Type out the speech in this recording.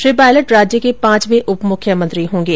श्री पायलट राज्य के पांचवें उपमुख्यमंत्री होंगे